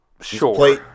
Sure